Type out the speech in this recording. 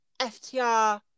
FTR